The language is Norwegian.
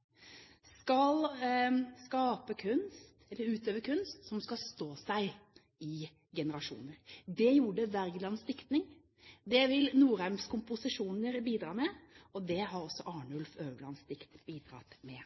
skal bo i dette huset, skal skape kunst, eller utøve kunst, som skal stå seg i generasjoner. Det gjorde Wergelands diktning, det vil Nordheims komposisjoner bidra med, og det har også Arnulf Øverlands dikt bidratt med.